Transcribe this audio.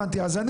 אז אני